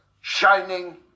shining